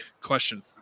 question